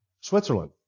Switzerland